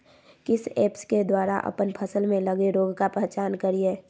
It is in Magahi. किस ऐप्स के द्वारा अप्पन फसल में लगे रोग का पहचान करिय?